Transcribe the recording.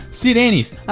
sirenes